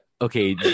okay